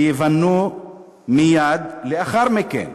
וייבנו מייד לאחר מכן.